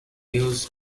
news